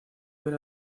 ver